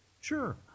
Sure